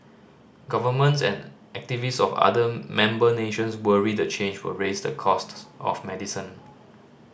governments and activists of other member nations worry the change will raise the costs of medicine